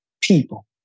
people